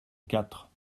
quatre